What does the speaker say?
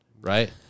right